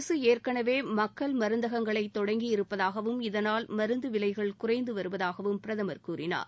அரசு ஏற்கனவே மக்கள் மருந்தகங்களை தொடங்கியிருப்பதாகவும் இதனால் மருந்து விலைகள் குறைந்து வருவதாகவும் பிரதமர் கூறினார்